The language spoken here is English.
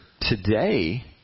today